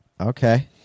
Okay